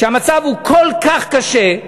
כשהמצב הוא כל כך קשה,